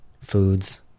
foods